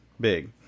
big